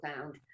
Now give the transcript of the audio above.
found